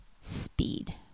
speed